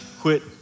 quit